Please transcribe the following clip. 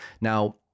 Now